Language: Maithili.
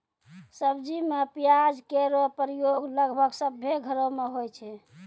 सब्जी में प्याज केरो प्रयोग लगभग सभ्भे घरो म होय छै